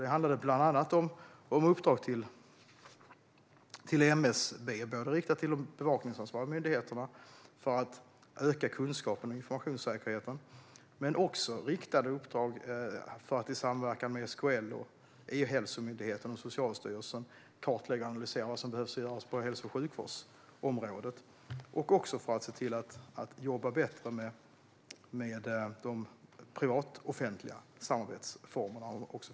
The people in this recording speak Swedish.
Det handlade bland annat om uppdrag till MSB och till de bevakningsansvariga myndigheterna för att öka kunskapen om informationssäkerhet, men också om riktade uppdrag för att i samverkan med SKL, E-hälsomyndigheten och Socialstyrelsen kartlägga och analysera vad som behöver göras på hälso och sjukvårdsområdet. Ett särskilt uppdrag handlade också om att se till att jobba bättre med de privat-offentliga samarbetsformerna.